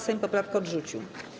Sejm poprawkę odrzucił.